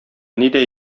нидә